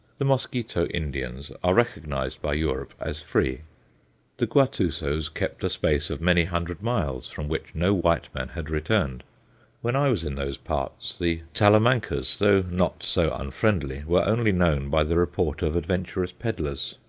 the mosquito indians are recognized by europe as free the guatusos kept a space of many hundred miles from which no white man had returned when i was in those parts, the talamancas, though not so unfriendly, were only known by the report of adventurous pedlars.